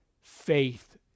faith